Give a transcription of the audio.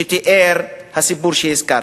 שתיאר הסיפור שהזכרתי.